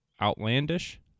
outlandish